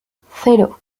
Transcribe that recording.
cero